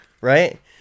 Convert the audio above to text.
right